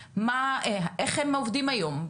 איך הם עובדים היום,